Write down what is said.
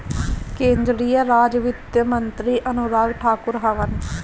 केंद्रीय राज वित्त मंत्री अनुराग ठाकुर हवन